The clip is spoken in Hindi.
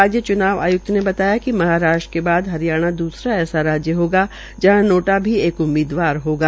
राज्य च्नाव आय्क्त ने बताया िक महाराष्ट्र के बाद हरियाणा दूसरा ऐसा राज्य होगा जहां नोटा भी एक उम्मीदवार होगा